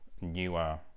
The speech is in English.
newer